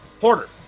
hoarder